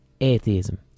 atheism